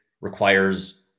requires